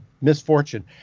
misfortune